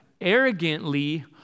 arrogantly